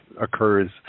occurs